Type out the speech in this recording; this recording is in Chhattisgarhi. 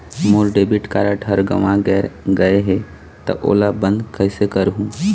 मोर डेबिट कारड हर गंवा गैर गए हे त ओला बंद कइसे करहूं?